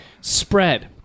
spread